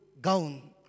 gown